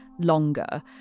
longer